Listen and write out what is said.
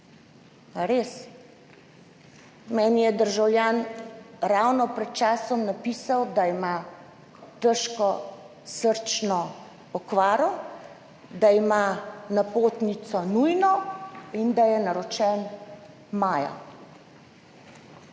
res? Meni je državljan ravno pred časom napisal, da ima težko srčno okvaro, da ima napotnico nujno in da je naročen maja